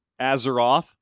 Azeroth